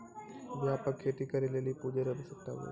व्यापक खेती करै लेली पूँजी रो आवश्यकता हुवै छै